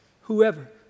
whoever